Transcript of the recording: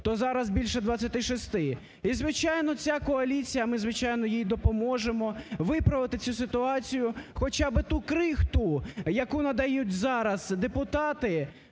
то зараз більше 26. І звичайно, ця коаліція, а ми, звичайно, їй допоможемо виправити цю ситуацію, хоча би ту крихту, яку надають зараз депутати